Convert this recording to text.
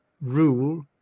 rule